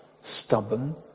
stubborn